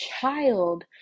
child